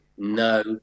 No